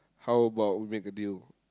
how about we make a deal